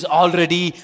already